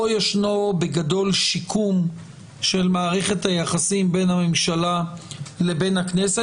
פה ישנו בגדול שיקום של מערכת היחסים בין הממשלה לבין הכנסת,